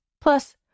Plus